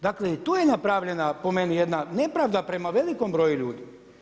Dakle i tu je napravljena po meni jedna nepravda prema velikom broju ljudi.